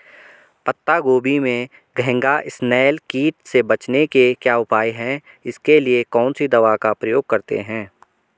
पत्ता गोभी में घैंघा इसनैल कीट से बचने के क्या उपाय हैं इसके लिए कौन सी दवा का प्रयोग करते हैं?